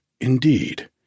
indeed